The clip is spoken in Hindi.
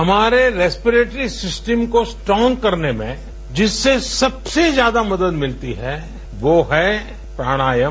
हमारे रेस्पेरेट्री सिस्टम को स्ट्रॉग करने में जिससे सबसे ज्यादा मदद मिलती है वो है प्राणायाम